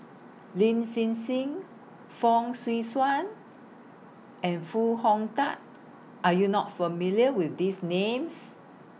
Lin Hsin Hsin Fong Swee Suan and Foo Hong Tatt Are YOU not familiar with These Names